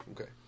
Okay